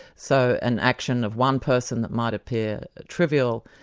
so an action of one person that might appear trivial,